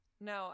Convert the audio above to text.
No